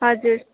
हजुर